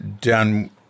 done